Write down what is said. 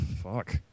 Fuck